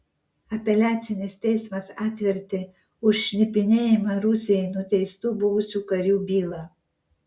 apeliacinis teismas atvertė už šnipinėjimą rusijai nuteistų buvusių karių bylą